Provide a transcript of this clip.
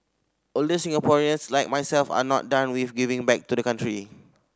older Singaporeans like myself are not done with giving back to the country